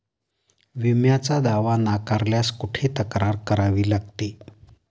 विम्याचा दावा नाकारल्यास कुठे तक्रार करावी लागते?